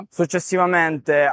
successivamente